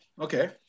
okay